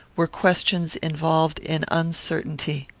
were questions involved in uncertainty.